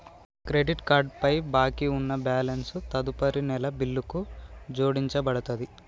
credit card పై బాకీ ఉన్న బ్యాలెన్స్ తదుపరి నెల బిల్లుకు జోడించబడతది